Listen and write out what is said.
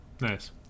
nice